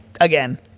Again